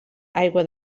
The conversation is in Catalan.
aigua